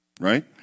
right